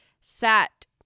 sat